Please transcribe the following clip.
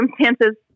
circumstances